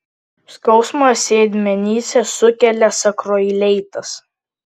skausmą sėdmenyse sukelia sakroileitas